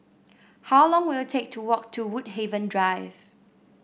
how long will it take to walk to Woodhaven Drive